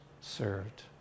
served